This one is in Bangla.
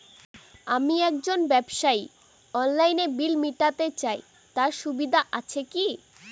আমি একজন ব্যবসায়ী অনলাইনে বিল মিটাতে চাই তার সুবিধা আছে কি?